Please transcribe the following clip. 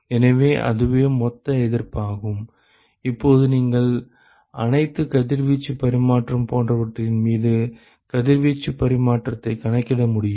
எனவே அதுவே மொத்த எதிர்ப்பாகும் இப்போது நீங்கள் அனைத்து கதிர்வீச்சு பரிமாற்றம் போன்றவற்றின் மீது கதிர்வீச்சு பரிமாற்றத்தை கணக்கிட முடியும்